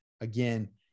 again